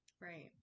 Right